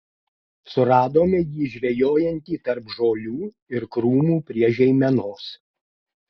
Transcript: suradome jį žvejojantį tarp žolių ir krūmų prie žeimenos